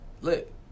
lit